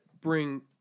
bring